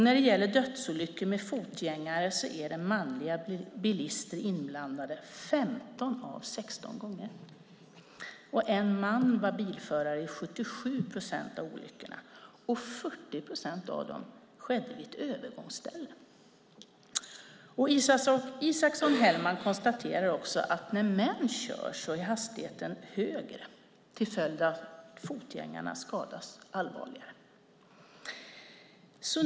När det gäller dödsolyckor med fotgängare är det manliga bilister inblandade 15 av 16 gånger. En man var bilförare i 77 procent av olyckorna, och 40 procent av dem skedde vid ett övergångsställe. Isaksson-Hellman konstaterar också att när män kör är hastigheten högre, vilket har till följd att fotgängarna skadas allvarligare.